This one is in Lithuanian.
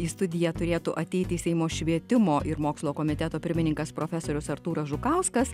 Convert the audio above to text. į studiją turėtų ateiti seimo švietimo ir mokslo komiteto pirmininkas profesorius artūras žukauskas